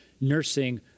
nursing